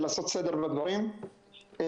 לקחו דבר שנקרא משפחתונים,